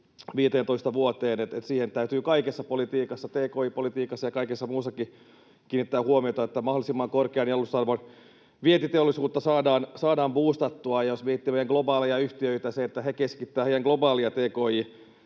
15 vuoteen, ja siihen täytyy kaikessa politiikassa, tki-politiikassa ja kaikessa muussakin, kiinnittää huomiota, että mahdollisimman korkean jalostusarvon vientiteollisuutta saadaan buustattua. Ja jos miettii meidän globaaleja yhtiöitä, niin sillä, että he keskittävät heidän globaalia tki-toimintaansa